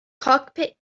cockpit